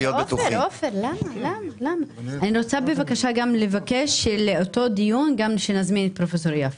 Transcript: אני רוצה בבקשה גם לבקש שלאותו דיון גם נזמין את פרופ' יפה.